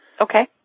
Okay